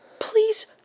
please